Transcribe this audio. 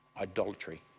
Idolatry